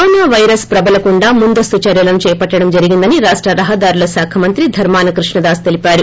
corona virus ప్రబల కుండా ముందస్తు చర్యలను చేపట్టడం జరిగిందని రాష్ట రహదారుల శాఖ మంత్రి ధర్మాన కృష్ణదాస్ తెలిపారు